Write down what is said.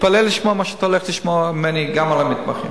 תתפלא לשמוע מה שאתה הולך לשמוע ממני גם על המתמחים.